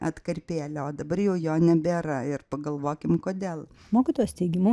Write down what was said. atkarpėlę o dabar jau jo nebėra ir pagalvokim kodėl mokytojos teigimu